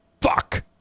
Fuck